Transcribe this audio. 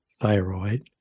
thyroid